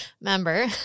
member